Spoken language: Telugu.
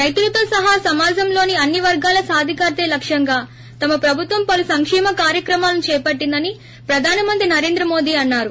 రైతులతో సహా సమాజంలోని అన్ని వర్గాల సాధికారతే లక్ష్యంగా తమ ప్రభుత్వం పలు సంక్షేమ కార్యక్రమాలను చేపట్లిందని ప్రధానమంత్రి నరేంద్ర మోదీ అన్నారు